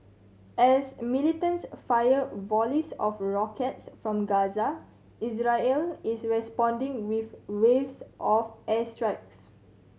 as militants fire volleys of rockets from Gaza Israel is responding with waves of airstrikes